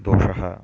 दोषः